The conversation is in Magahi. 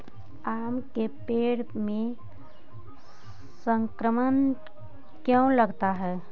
आम के पेड़ में संक्रमण क्यों लगता है?